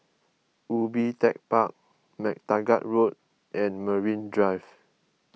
Ubi Tech Park MacTaggart Road and Marine Drive